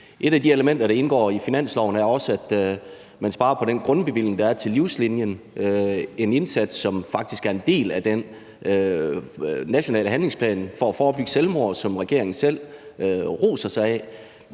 Et af de elementer, der indgår i finansloven, er også, at man sparer på den grundbevilling, der er til Livslinien, en indsats, som faktisk er en del af den nationale handlingsplan for at forebygge selvmord, og som regeringen selv roser sig af.